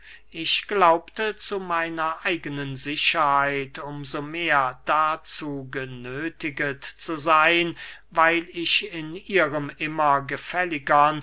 ich glaubte zu meiner eigenen sicherheit um so mehr dazu genöthiget zu seyn weil ich in ihrem immer gefälligern